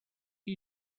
are